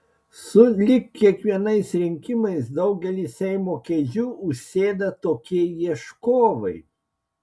sulig kiekvienais rinkimais daugelį seimo kėdžių užsėda tokie ieškovai